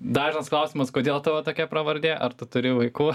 dažnas klausimas kodėl tavo tokia pravardė ar tu turi vaikų